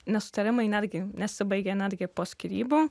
nesutarimai netgi nesibaigė netgi po skyrybų